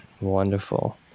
Wonderful